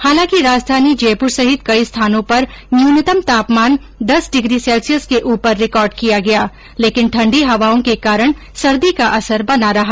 हालांकि राजधानी जयपुर सहित कई स्थानों पर न्यूनतम तापमान दस डिग्री सैल्सियस के ऊपर रिकॉर्ड किया गया लेकिन ठण्डी हवाओं के कारण सर्दी का असर बना रहा